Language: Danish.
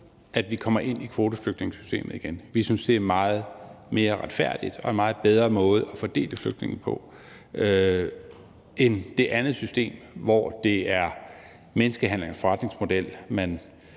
at vi kommer ind i kvoteflygtningesystemet igen. Vi synes, det er meget mere retfærdigt og en meget bedre måde at fordele flygtningene på end det andet system, hvor det er menneskehandlernes forretningsmodel, man